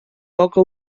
poca